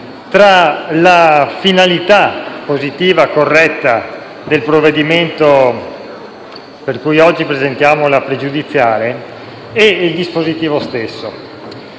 tra la finalità positiva e corretta del provvedimento su cui oggi presentiamo una questione pregiudiziale e il dispositivo stesso.